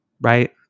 right